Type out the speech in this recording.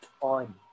on